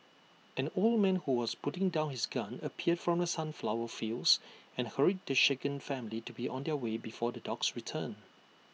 an old man who was putting down his gun appeared from the sunflower fields and hurried the shaken family to be on their way before the dogs return